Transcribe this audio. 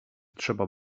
trzeba